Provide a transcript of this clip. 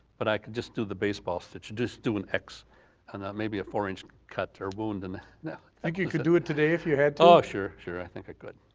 but i could just do the baseball stitch, just do an x and maybe a four inch cut or wound. and yeah think you could do it today if you had to? ah sure, sure i think i could.